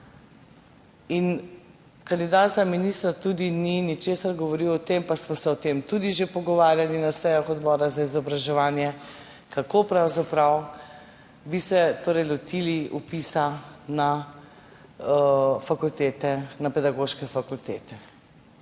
In kandidat za ministra tudi ni ničesar govoril o tem, pa smo se o tem tudi že pogovarjali na sejah Odbora za izobraževanje, kako pravzaprav bi se torej lotili vpisa na fakultete, na pedagoške fakultete,